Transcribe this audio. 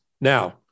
Now